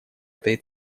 этой